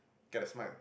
get a smile